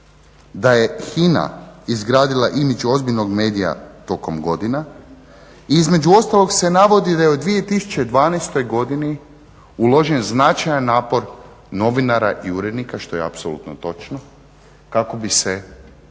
da je HINA izgradila image ozbiljnog medija tokom godina. I između ostalog se navodi da je u 2012. godini uložen značajan napor novinara i urednika što je apsolutno točno kako bi se HINA